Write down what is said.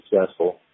successful